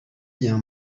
bien